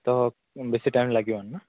ତ ବେଶି ଟାଇମ୍ ଲାଗିବନି ନା